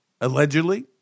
allegedly